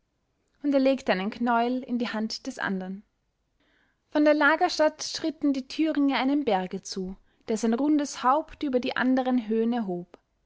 und er legte einen knäuel in die hand des anderen von der lagerstatt schritten die thüringe einem berge zu der sein rundes haupt über die anderen höhen erhob